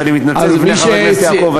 אז אני מתנצל בפני חבר הכנסת יעקב אשר.